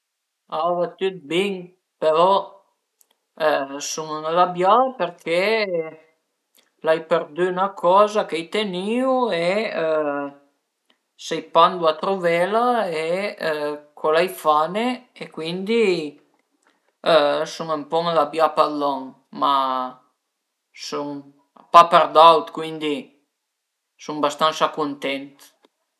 A va tüt bin, però sun ënrabià perché l'ai përdü 'na coza che a i tenìu e sai ëndua truvela e co l'ai fane e cuindi sun ën po ënrabià për lon, ma sun pa për d'aut cuindi sun bastansa cuntent